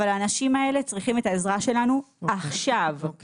האנשים האלה צריכים את העזרה שלנו עכשיו, במידי,